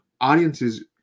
audiences